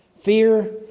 Fear